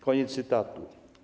Koniec cytatu.